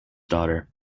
daughter